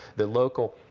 the local